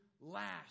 last